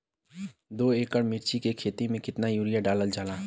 दो एकड़ मिर्च की खेती में कितना यूरिया डालल जाला?